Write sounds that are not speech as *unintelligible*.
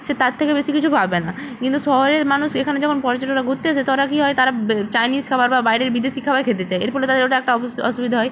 সে তার থেকে বেশি কিছু পাবে না কিন্তু শহরের মানুষ এখানে যেমন পর্যটকরা ঘুরতে আসে তো ওরা কি হয় তারা *unintelligible* চাইনিজ খাবার বা বাইরের বিদেশি খাবার খেতে চায় এর ফলে তাদের ওটা একটা অবশ্যই অসুবিধা হয়